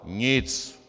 Nic.